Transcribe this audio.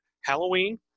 halloween